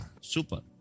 super